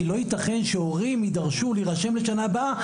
כי לא יתכן שהורים ידרשו להירשם לשנה הבאה,